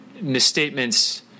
misstatements